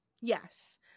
Yes